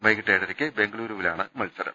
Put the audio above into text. വൈകിട്ട് ഏഴരയ്ക്ക് ബങ്കലൂരുവിലാണ് മത്സരം